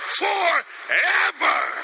forever